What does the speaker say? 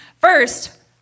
First